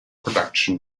production